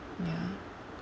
ya